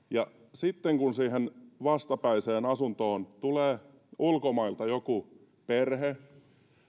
sitten kun siihen vastapäiseen asuntoon tulee ulkomailta joku perhe niin